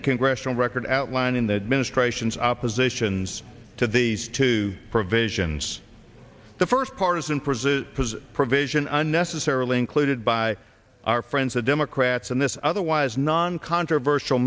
the congressional record outlining the ministrations oppositions to these two provisions the first part is in prison because provision unnecessarily included by our friends the democrats and this otherwise non controversial